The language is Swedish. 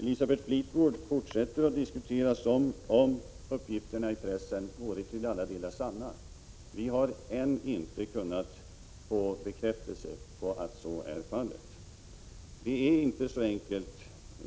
Elisabeth Fleetwood fortsätter att diskutera som om uppgifterna i pressen vore till alla delar sanna. Vi har ännu inte kunnat få bekräftelse på att så är fallet. Det är inte så enkelt,